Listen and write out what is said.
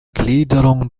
gliederung